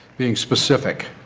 being specific,